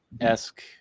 esque